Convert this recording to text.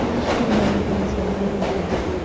she didn't know if he was alive or dead.